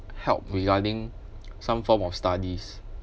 help regarding some form of studies